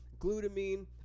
glutamine